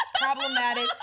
problematic